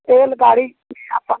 तेल गाड़ी ये सब